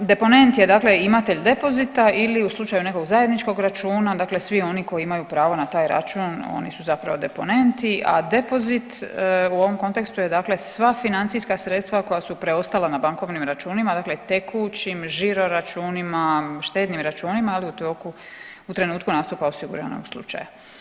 Deponent je imatelj depozita ili u slučaju nekog zajedničkog računa dakle svi oni koji imaju pravo na taj račun oni su zapravo deponenti, a depozit u ovom kontekstu je sva financijska sredstva koja su preostala na bankovnim računima dakle tekućim, žiroračunima, štednim računima, ali u trenutku nastupa osiguranog slučaja.